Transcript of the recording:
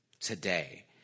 Today